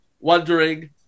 Wondering